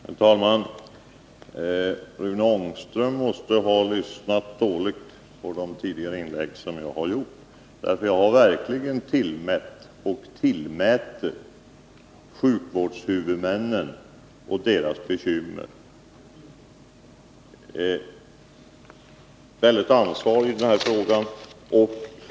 Herr talman! Rune Ångström måste ha lyssnat dåligt på de tidigare inlägg som jag har gjort. Jag har verkligen tillmätt och tillmäter sjukvårdshuvudmännen ett stort ansvar i denna bekymmersamma fråga.